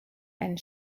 and